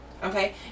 Okay